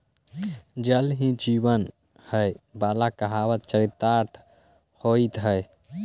जल ही जीवन हई वाला कहावत चरितार्थ होइत हई